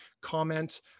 comment